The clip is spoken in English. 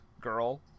girl